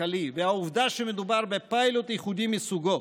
הכלכלי והעובדה שמדובר בפיילוט ייחודי מסוגו,